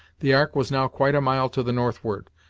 the ark was now quite a mile to the northward,